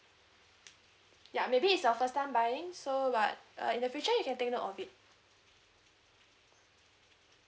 ya maybe it's your first time buying so what uh in the future you can take note of it